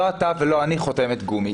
לא אתה ולא אני חותמת גומי.